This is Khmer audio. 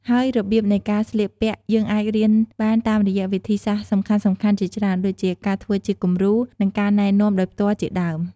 ហើយរបៀបនៃការស្លៀកពាក់យើងអាចរៀនបានតាមរយៈវិធីសាស្រ្តសំខាន់ៗជាច្រើនដូចជា ការធ្វើជាគំរូ និង ការណែនាំដោយផ្ទាល់ជាដើម។